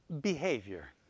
behavior